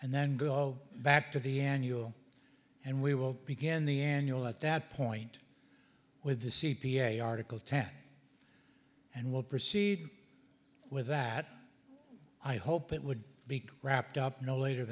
and then go back to the annual and we will begin the annual at that point with the c p a article ten and we'll proceed with that i hope it would be wrapped up no later